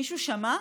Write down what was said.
מישהו שמע?